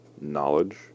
knowledge